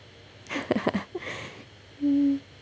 hmm